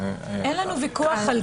אין לנו ויכוח על זה.